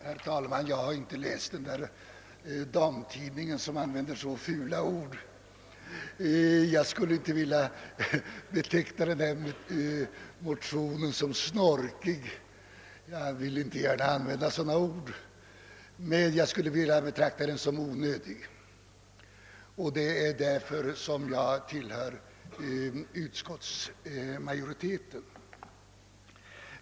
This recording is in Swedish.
Herr talman! Jag har inte läst den damtidning som använder så fula ord. Jag skulle inte vilja beteckna den aktuella motionen som snorkig — jag vill inte gärna använda sådana ord — men jag anser den vara onödig. Det är därför som jag anslutit mig till utskottsmajoriteten.